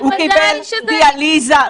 הוא קיבל דיאליזה.